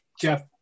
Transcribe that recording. Jeff